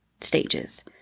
stages